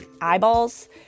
eyeballs